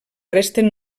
resten